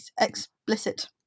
explicit